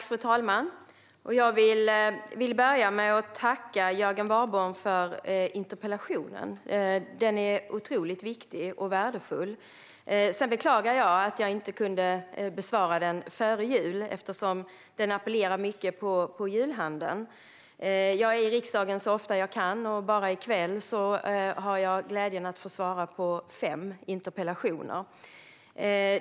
Fru talman! Jag vill börja med att tacka Jörgen Warborn för interpellationen. Den är otroligt viktig och värdefull. Sedan beklagar jag att jag inte kunde besvara den före jul eftersom den i mycket hög grad rör julhandeln. Jag är i riksdagen så ofta jag kan. Bara i kväll har jag glädjen att få svara på fem interpellationer.